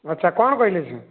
ଆଚ୍ଛା କ'ଣ କହିଲେ ସିଏ